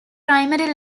primary